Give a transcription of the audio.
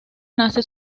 nace